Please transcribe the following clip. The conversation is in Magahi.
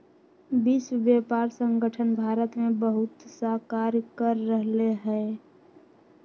विश्व व्यापार संगठन भारत में बहुतसा कार्य कर रहले है